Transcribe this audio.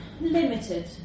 limited